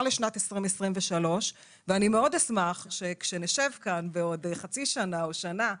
לשנת 2023. אני מאוד אשמח שכשנשב כאן בעוד חצי שנה או שנה,